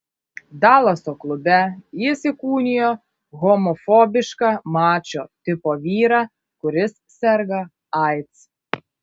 dalaso klube jis įkūnijo homofobišką mačo tipo vyrą kuris serga aids